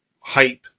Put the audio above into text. hype